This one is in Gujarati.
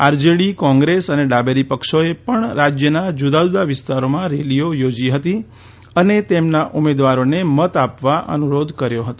આરજેડી કોગ્રેસ અને ડાબેરીપક્ષોએ પણ રાજયના જુદા જુદા વિસ્તારોમાં રેલીઓ યોજી હતી અને તેમના ઉમેદવારોને મત આપવા અનુરોધ કર્યો હતો